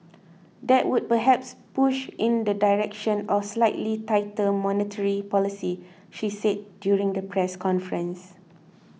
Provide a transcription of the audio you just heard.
that would perhaps push in the direction of slightly tighter monetary policy she said during the press conference